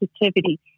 positivity